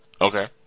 Okay